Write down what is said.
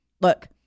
Look